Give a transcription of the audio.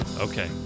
okay